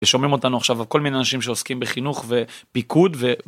שומעים אותנו עכשיו כל מיני אנשים שעוסקים בחינוך ופיקוד.